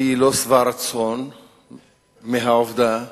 אני לא שבע רצון מהעובדה שהרשות,